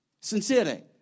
Sincere